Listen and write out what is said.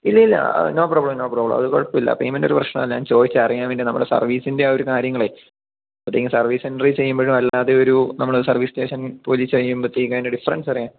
ഇല്ല ഇല്ല no problem no problem അത് കുഴപ്പം ഇല്ല പെയ്മെൻറ് ഒരു പ്രശ്നം അല്ല ഞാൻ ചോദിച്ചതാ അറിയാൻ വേണ്ടി നമ്മൾ സർവീസിൻ്റെ ഒരു കാര്യങ്ങളെ സർവീസ് സെൻട്രിൽ ചെയുമ്പോഴും അല്ലാതെ ഒരു നമ്മൾ സർവീസ് സ്റ്റേഷൻ പോയി ചെയ്യുമ്പത്തേക്ക് അതിൻ്റെ ഡിഫറൻസ് അറിയാൻ